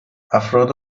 افراد